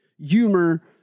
humor